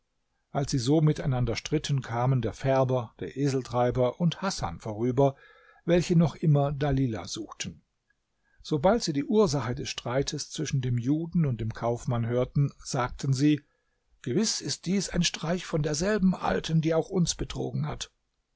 als sie so miteinander stritten kamen der färber der eseltreiber und hasan vorüber welche noch immer dalilah suchten sobald sie die ursache des streites zwischen dem juden und dem kaufmann hörten sagten sie gewiß ist dies ein streich von derselben alten die auch uns betrogen hat